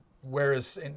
whereas